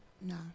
No